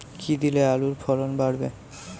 কী দিলে আলুর ফলন বাড়বে?